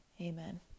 Amen